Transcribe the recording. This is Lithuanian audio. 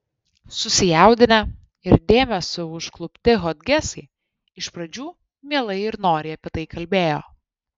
susijaudinę ir dėmesio užklupti hodgesai iš pradžių mielai ir noriai apie tai kalbėjo